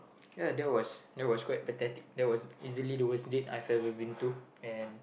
ya that was that was quite pathetic that was easily the worst date I've ever been to and